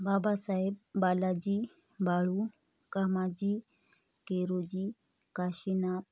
Babasaheb Balaji Balu Kamaji Keroji Kashinath